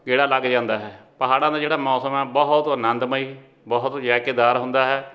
ਗੇੜਾ ਲੱਗ ਜਾਂਦਾ ਹੈ ਪਹਾੜਾਂ ਦਾ ਜਿਹੜਾ ਮੌਸਮ ਹੈ ਬਹੁਤ ਆਨੰਦਮਈ ਬਹੁਤ ਜ਼ੈਕੇਦਾਰ ਹੁੰਦਾ ਹੈ